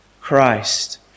Christ